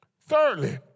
Thirdly